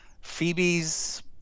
Phoebe's